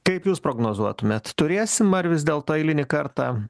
kaip jūs prognozuotumėt turėsim ar vis dėlto eilinį kartą